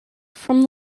from